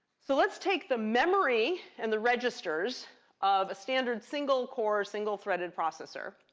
so let's take the memory and the registers of a standard single core, single threaded processor.